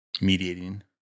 mediating